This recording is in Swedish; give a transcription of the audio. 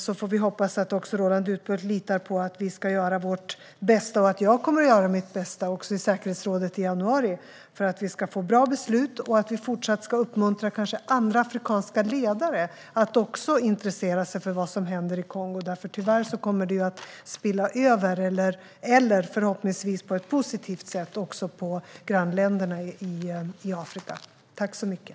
Jag hoppas att Roland Utbult litar på att vi ska göra vårt bästa och på att jag kommer att göra mitt bästa i säkerhetsrådet i januari, för att vi ska få bra beslut och fortsätta uppmuntra andra afrikanska ledare att också intressera sig för vad som händer i Kongo. Tyvärr kommer det att spilla över på grannländerna i Afrika, men kanske också på ett positivt sätt.